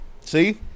See